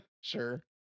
Sure